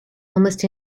almost